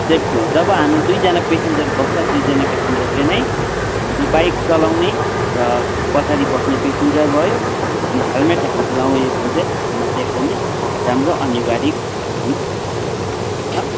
हो जब हामी दुईजना पेसेन्जर बस्छ दुईजना पेसेन्जरले नै जो बाइक चलाउने र पछाडि बस्ने पेसेन्जर भयो अनि हेल्मेट हामीले लगायो भने चाहिँ हामी एकदमै राम्रो अनिवारिक हुनु सक्छ ल